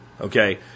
Okay